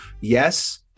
yes